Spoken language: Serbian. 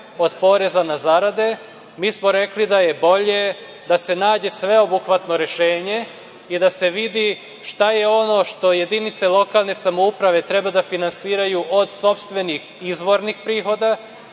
od poreza na zarade. Mi smo rekli da je bolje da se nađe sveobuhvatno rešenje i da se vidi šta je ono što jedinice lokalne samouprave treba da finansiraju od sopstvenih izvornih prihoda,